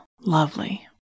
lovely